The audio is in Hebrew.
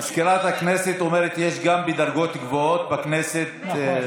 מזכירת הכנסת אומרת שיש גם בדרגות גבוהות בכנסת.